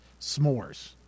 s'mores